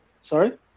Sorry